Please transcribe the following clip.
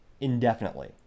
indefinitely